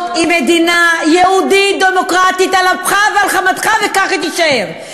אני אומרת לך שזו הייתה טעות גדולה לשחרר את האסירים הפלסטינים.